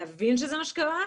להבין שזה מה שקרה,